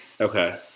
Okay